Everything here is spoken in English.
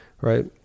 right